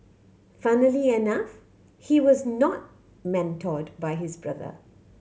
funnily enough he was not mentored by his brother